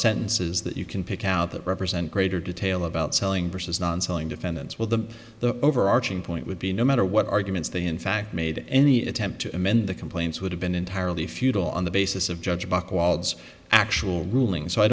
sentences that you can pick out that represent greater detail about selling versus non selling defendants with the the overarching point would be no matter what arguments they in fact made any attempt to amend the complaints would have been entirely futile on the basis of judge buchwald's actual rulings so i